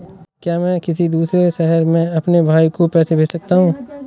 क्या मैं किसी दूसरे शहर में अपने भाई को पैसे भेज सकता हूँ?